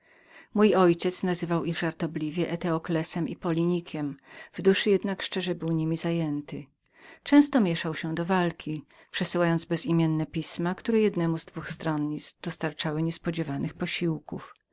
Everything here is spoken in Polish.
mój ojciec powierzchownie z nich żartował w duszy jednak szczerze był niemi zajęty często mieszał się do walki przesyłając bezimienne pisma które jednemu z dwóch stronnictw dostarczały niespodziewanych posiłków